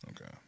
Okay